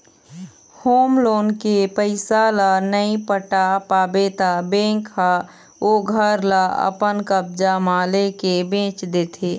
home loan के पइसा ल नइ पटा पाबे त बेंक ह ओ घर ल अपन कब्जा म लेके बेंच देथे